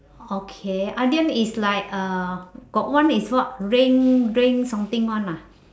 okay idiom is like uh got one is what rain rain something one lah